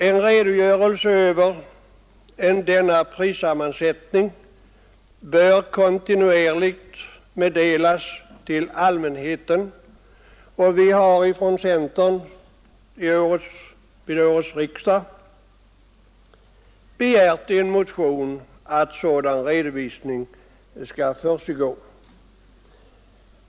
En redogörelse för denna prissammansättning bör kontinuerligt meddelas allmänheten, och vid årets riksdag har det från centerns sida begärts i en motion att sådan redovisning skall ske.